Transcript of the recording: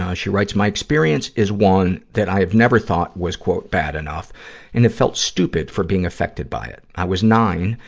ah she writes, my experience is one that i have never thought was bad enough and it felt stupid for being affected by it. i was nine,